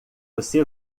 você